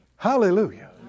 Hallelujah